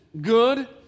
good